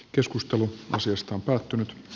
keskustelu asiasta on päättynyt